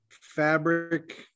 fabric